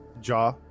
jaw